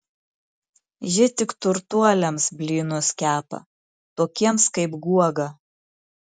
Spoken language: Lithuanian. ji tik turtuoliams blynus kepa tokiems kaip guoga